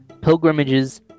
pilgrimages